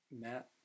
Matt